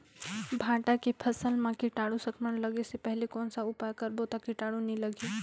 भांटा के फसल मां कीटाणु संक्रमण लगे से पहले कौन उपाय करबो ता कीटाणु नी लगही?